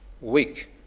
weak